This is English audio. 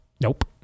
Nope